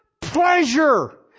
pleasure